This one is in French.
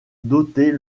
doter